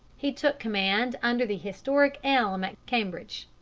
he took command under the historic elm at cambridge.